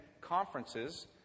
conferences